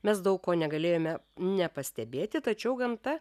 mes daug ko negalėjome nepastebėti tačiau gamta